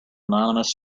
anonymous